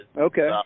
Okay